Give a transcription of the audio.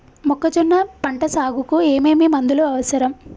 మొక్కజొన్న పంట సాగుకు ఏమేమి మందులు అవసరం?